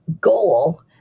goal